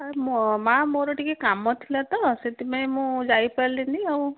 ମାଆ ମୋର ଟିକେ କାମ ଥିଲା ତ ସେଥିପାଇଁ ମୁଁ ଯାଇ ପାରିଲିନି ଆଉ